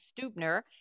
Stubner